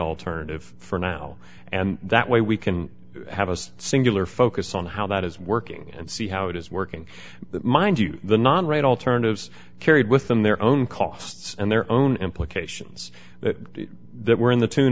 alternative for now and that way we can have a singular focus on how that is working and see how it is working but mind you the non right alternatives carried with them their own costs and their own implications that were in the tune